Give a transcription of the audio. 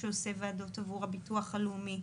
שעושה ועדות עבור הביטוח הלאומי,